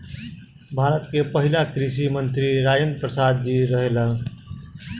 भारत के पहिला कृषि मंत्री राजेंद्र प्रसाद जी रहले